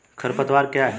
खरपतवार क्या है?